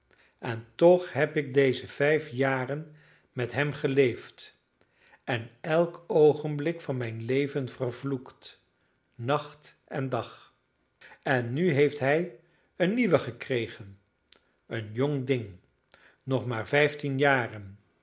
en toch heb ik deze vijf jaren met hem geleefd en elk oogenblik van mijn leven vervloekt nacht en dag en nu heeft hij een nieuwe gekregen een jong ding nog maar vijftien jaren